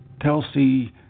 Telsey